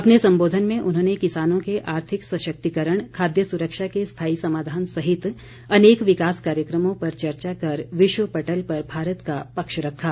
अपने संबोधन में उन्होंने किसानों के आर्थिक सशक्तिकरण खाद्य सुरक्षा के स्थायी समाधान सहित अनेक विकास कार्यक्रमों पर चर्चा कर विश्व पटल पर भारत का पक्ष रखा